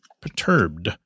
perturbed